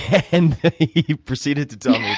and he proceeded to